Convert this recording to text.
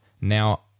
now